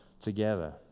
together